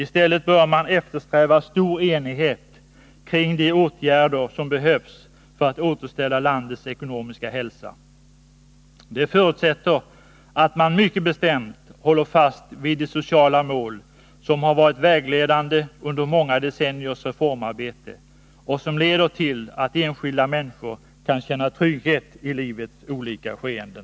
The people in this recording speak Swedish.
I stället bör man eftersträva stor enighet kring de åtgärder som behövs för att återställa landets ekonomiska hälsa. Det förutsätter att man mycket bestämt håller fast vid de sociala mål som har varit vägledande under många decenniers reformarbete och som leder till att enskilda människor kan känna trygghet i livets olika skeden.